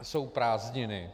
Jsou prázdniny.